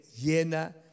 llena